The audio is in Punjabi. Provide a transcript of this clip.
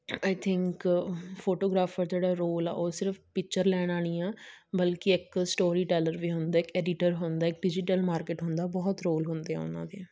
ਆਈ ਥਿੰਕ ਫੋਟੋਗ੍ਰਾਫਰ ਜਿਹੜਾ ਰੋਲ ਆ ਉਹ ਸਿਰਫ ਪਿਚਰ ਲੈਣ ਨਾਲ ਹੀ ਆ ਬਲਕਿ ਇੱਕ ਸਟੋਰੀ ਟੈਲਰ ਵੀ ਹੁੰਦਾ ਇੱਕ ਐਡੀਟਰ ਹੁੰਦਾ ਇੱਕ ਡਿਜੀਟਲ ਮਾਰਕੀਟ ਹੁੰਦਾ ਬਹੁਤ ਰੋਲ ਹੁੰਦੇ ਆ ਉਹਨਾਂ ਦੇ